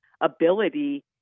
ability